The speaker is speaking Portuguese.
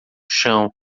chão